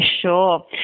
Sure